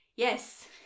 Yes